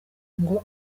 ngo